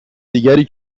دیگری